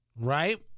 Right